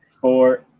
four